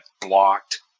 blocked